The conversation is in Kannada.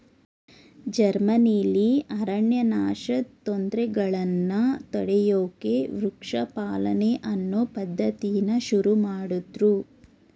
ಜರ್ಮನಿಲಿ ಅರಣ್ಯನಾಶದ್ ತೊಂದ್ರೆಗಳನ್ನ ತಡ್ಯೋಕೆ ವೃಕ್ಷ ಪಾಲನೆ ಅನ್ನೋ ಪದ್ಧತಿನ ಶುರುಮಾಡುದ್ರು